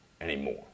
anymore